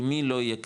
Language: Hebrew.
למי לא יהיה כסף?